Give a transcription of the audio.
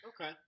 Okay